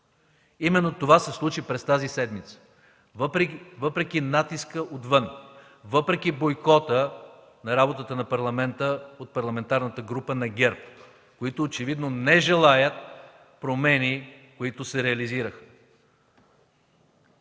Именно това се случи през тази седмица, въпреки натискът отвън, въпреки бойкота на работата на Парламента от Парламентарната група на ГЕРБ, които очевидно не желаят промените, които се реализираха.